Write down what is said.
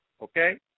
okay